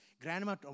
Grandma